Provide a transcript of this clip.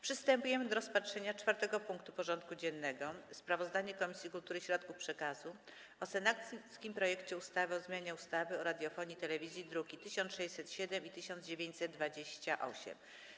Przystępujemy do rozpatrzenia punktu 4. porządku dziennego: Sprawozdanie Komisji Kultury i Środków Przekazu o senackim projekcie ustawy o zmianie ustawy o radiofonii i telewizji (druki nr 1607 i 1928)